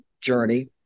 journey